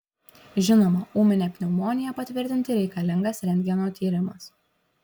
žinoma ūminę pneumoniją patvirtinti reikalingas rentgeno tyrimas